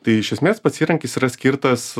tai iš esmės pats įrankis yra skirtas